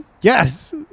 Yes